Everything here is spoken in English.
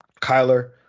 Kyler